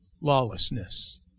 lawlessness